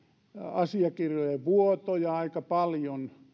asiakirjojen vuotoja aika paljon